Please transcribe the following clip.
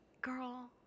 girl